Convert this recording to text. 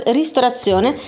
ristorazione